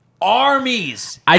Armies